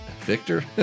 Victor